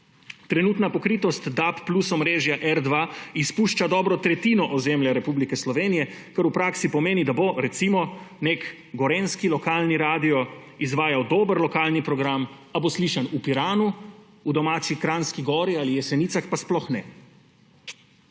Trenutna pokritost DAB+ omrežja R2 izpušča dobro tretjino ozemlja Republike Slovenije, kar v praksi pomeni, da bo, recimo, nek gorenjski lokalni radio izvajam dober lokalni program, a bo slišan v Piranu, v domači Kranjski Gori ali Jesenicah pa sploh ne.